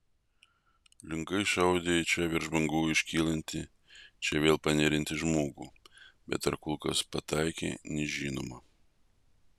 lenkai šaudę į čia virš bangų iškylantį čia vėl paneriantį žmogų bet ar kulkos pataikė nežinoma